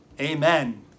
Amen